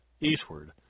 eastward